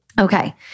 Okay